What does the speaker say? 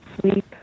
sleep